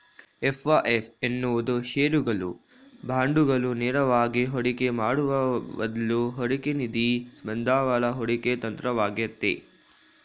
FOF ಎನ್ನುವುದು ಶೇರುಗಳು, ಬಾಂಡುಗಳು ನೇರವಾಗಿ ಹೂಡಿಕೆ ಮಾಡುವ ಬದ್ಲು ಹೂಡಿಕೆನಿಧಿ ಬಂಡವಾಳ ಹೂಡಿಕೆ ತಂತ್ರವಾಗೈತೆ